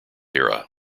era